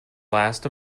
last